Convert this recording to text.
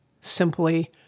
simply